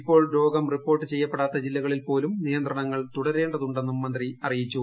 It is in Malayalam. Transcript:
ഇപ്പോൾ രോഗം റിപ്പോർട്ട് ചെയ്യപ്പെടാത്ത ജില്ലകളിൽ പോലും നിയന്ത്രണങ്ങൾ തുടരേണ്ടതുണ്ടെതുണ്ടെന്നും മന്ത്രി അറിയിച്ചു